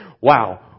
Wow